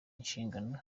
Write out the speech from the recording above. inshingano